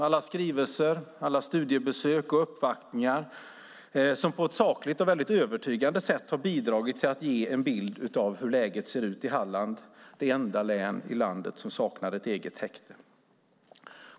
Jag tänker på alla skrivelser, studiebesök och uppvaktningar som på ett sakligt och övertygande sätt har bidragit till att ge en bild av hur läget ser ut i Halland - det enda län i landet som saknar ett eget häkte.